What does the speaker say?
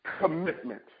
commitment